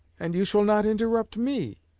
and you shall not interrupt me.